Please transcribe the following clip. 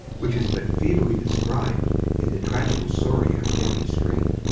which is but feebly described in the tragical story of jemmy string.